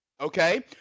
Okay